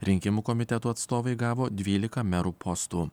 rinkimų komitetų atstovai gavo dvylika merų postų